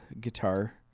guitar